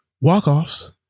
walk-offs